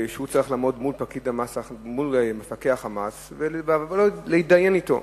וצריך לעמוד מול מפקח המס ולהתדיין אתו,